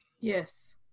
Yes